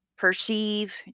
perceive